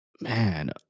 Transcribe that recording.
Man